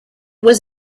was